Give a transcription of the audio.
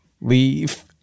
leave